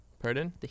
Pardon